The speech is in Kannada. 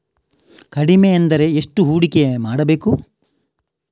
ಕಡಿಮೆ ಎಂದರೆ ಎಷ್ಟು ಹೂಡಿಕೆ ಮಾಡಬೇಕು?